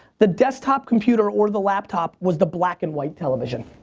the desktop computer or the laptop was the black and white television.